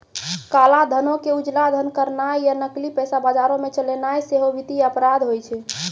काला धनो के उजला धन करनाय या नकली पैसा बजारो मे चलैनाय सेहो वित्तीय अपराध होय छै